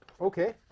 Okay